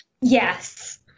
Yes